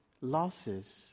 losses